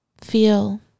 feel